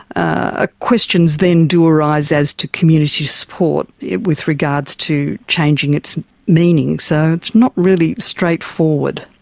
ah questions then do arise as to community support with regards to changing its meaning. so it's not really straightforward.